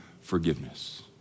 forgiveness